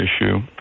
issue